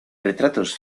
retratos